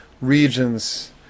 regions